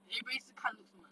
everybody 一直看 looks mah